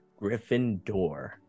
Gryffindor